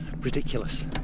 ridiculous